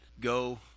Go